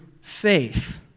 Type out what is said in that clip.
faith